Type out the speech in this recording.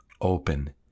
open